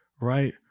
right